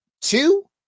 two